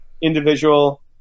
individual